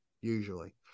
Usually